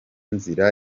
nzira